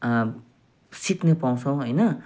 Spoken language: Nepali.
सिक्नुपर्छ होइन